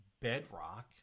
bedrock